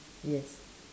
yes